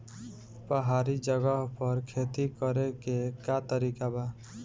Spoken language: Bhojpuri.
पहाड़ी जगह पर खेती करे के का तरीका बा?